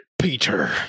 Peter